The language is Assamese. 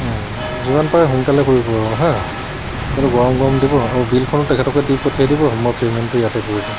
যিমান পাৰে সোনকালে কৰিব আৰু হা কিন্তু গৰম গৰম দিব আৰু বিলখনো তেখেতকে দি পঠিয়াই দিব মই পে'মেণ্টটো ইয়াতে কৰি দিম